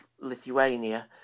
Lithuania